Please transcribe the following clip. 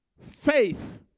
Faith